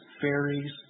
fairies